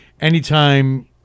Anytime